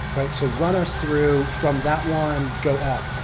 right, so run us through from that one go up.